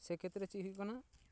ᱥᱮ ᱠᱷᱮᱛᱨᱮ ᱪᱮᱫ ᱦᱩᱭᱩᱜ ᱠᱟᱱᱟ